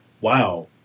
wow